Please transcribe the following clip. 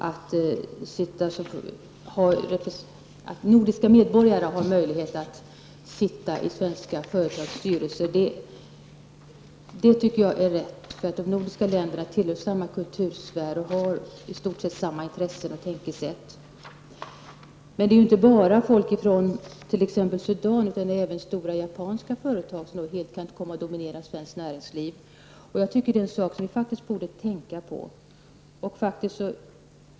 Att nordiska medborgare har möjlighet att sitta i svenska företags styrelser tycker jag är rätt, eftersom de nordiska länderna tillhör samma kultursfär och i stort sett har samma intressen och tankesätt. Det är inte bara folk från Sudan som kan komma hit, utan även stora japanska företag som helt kan komma att dominera svenskt näringsliv. Det är en sak som vi faktiskt borde tänka på.